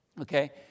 Okay